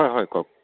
হয় হয় কওক